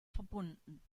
verbunden